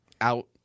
out